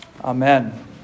Amen